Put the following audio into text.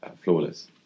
flawless